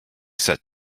set